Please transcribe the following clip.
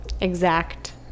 exact